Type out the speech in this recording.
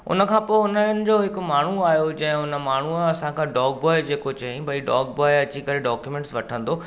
हुनखां पो हुननि जो हिकु माण्हू आहियो जंहिं हुन माण्हूअ असांखां डॉक बॉय जेको चई भई डॉक बॉय अची करे डॉक्यूमैंटस वठंदो